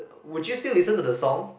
would you still listen to the song